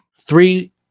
three